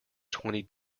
twenty